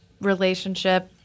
relationship